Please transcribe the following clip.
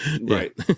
Right